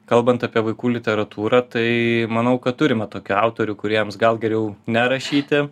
kalbant apie vaikų literatūrą tai manau kad turime tokių autorių kuriems gal geriau nerašyti